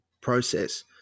process